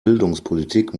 bildungspolitik